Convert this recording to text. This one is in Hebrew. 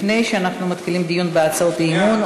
לפני שאנחנו מתחילים את הדיון בהצעות האי-אמון,